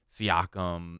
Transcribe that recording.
Siakam